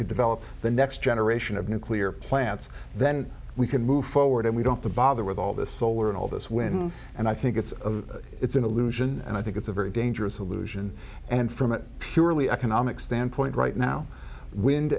could develop the next generation of nuclear plants then we can move forward and we don't bother with all this solar and all this wind and i think it's a it's an illusion and i think it's a very dangerous illusion and from a purely economic standpoint right now wind